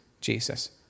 Jesus